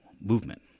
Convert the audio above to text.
movement